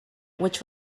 which